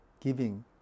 Giving